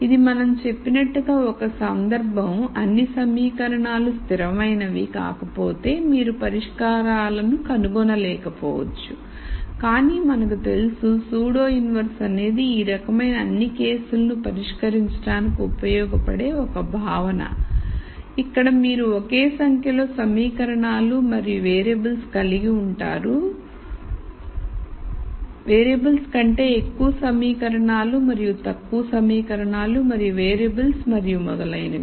ఇది మనం చెప్పినట్లుగా ఒక సందర్భం అన్నిసమీకరణాలు స్థిరమైనవి కాకపోతే మీరు పరిష్కారాలను కనుగొన లేకపోవచ్చు కానీ మనకు తెలుసు pseudo inverse అనేది ఈ రకమైన అన్ని కేసులను పరిష్కరించడానికి ఉపయోగపడే ఒక భావన ఇక్కడ మీరు ఒకే సంఖ్యలో సమీకరణాలు మరియు వేరియబుల్స్ కలిగి ఉంటారు వేరియబుల్స్ కంటే ఎక్కువ సమీకరణాలు మరియు తక్కువ సమీకరణాలు మరియు వేరియబుల్స్ మరియు మొదలైనవి